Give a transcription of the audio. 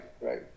right